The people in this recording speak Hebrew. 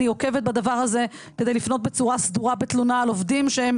אני עוקבת בדבר הזה כדי לפנות בצורה סדורה בתלונה על עובדים שהם